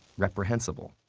reprehensible,